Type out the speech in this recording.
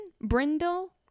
Brindle